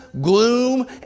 gloom